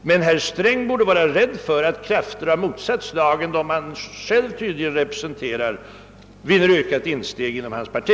Herr Sträng borde emellertid vara rädd för att krafter av motsatt slag mot vad han själv tydligen representerar vinner ökat insteg i hans parti.